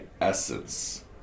essence